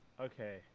Okay